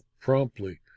promptly